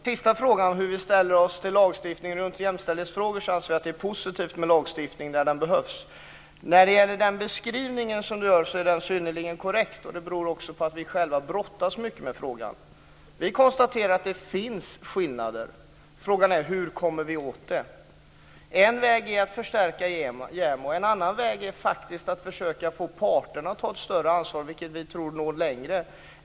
Fru talman! Vi anser att det är positivt med lagstiftning i jämställdhetsfrågor där den behövs. Beskrivningen är korrekt. Det beror på att vi själva brottas mycket med frågan. Vi konstaterar att det finns skillnader. Frågan är hur vi kommer åt dem. En väg är att förstärka JämO. En annan väg är att försöka få parterna att ta större ansvar, vilket vi tror når längre.